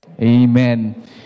Amen